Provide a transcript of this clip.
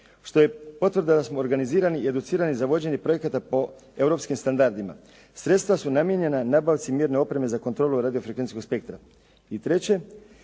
što je potvrda da smo educirani i organizirani za vođenje projekata po europskim standardima. Sredstva su namijenjena nabavi mjerne opreme za kontrolu radiofrekvencijskog spektra.